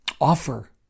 Offer